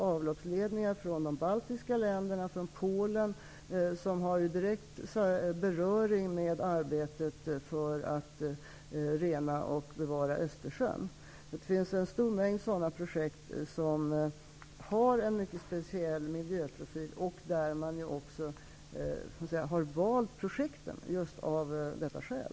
Avloppsledningar från de baltiska länderna och från Polen har direkt beröring med arbetet för att rena och bevara Östersjön. Det finns en stor mängd sådana projekt som har en mycket speciell miljöprofil, vilka man har valt av just dessa skäl.